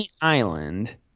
island